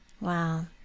Wow